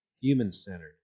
human-centered